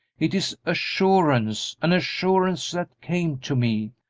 it is assurance an assurance that came to me,